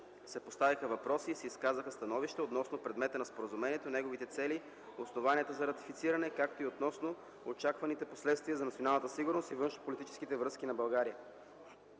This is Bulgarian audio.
се поставиха въпроси и се изказаха становища относно предмета на споразумението, неговите цели, основанията за ратифициране, както и относно очакваните последствия за националната сигурност и външнополитическите връзки на България.